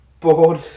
bored